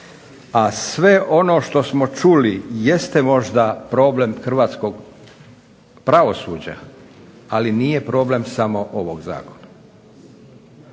A sve ono što smo čuli jeste možda problem Hrvatskog pravosuđa ali nije problem samo ovog Zakona.